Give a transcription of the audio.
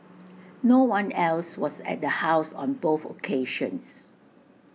no one else was at the house on both occasions